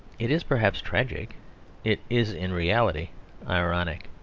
it is perhaps tragic it is in reality ironic.